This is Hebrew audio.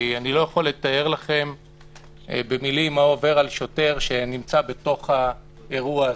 אני לא יכול לתאר לכם במילים מה עובר על שוטר שנמצא בתוך האירוע הזה.